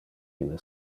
ille